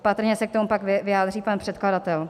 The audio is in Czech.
Patrně se k tomu pak vyjádří pan předkladatel.